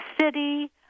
city